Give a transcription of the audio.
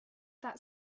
that